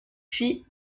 puis